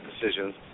decisions